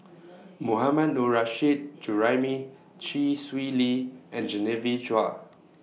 Mohammad Nurrasyid Juraimi Chee Swee Lee and Genevieve Chua